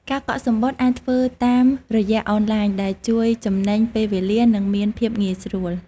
ការកក់សំបុត្រអាចធ្វើតាមរយៈអនឡាញដែលជួយចំណេញពេលវេលានិងមានភាពងាយស្រួល។